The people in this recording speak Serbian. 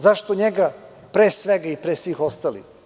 Zašto njega pre svega i pre svih ostalih?